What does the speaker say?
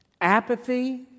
apathy